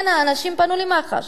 האנשים כן פנו למח"ש,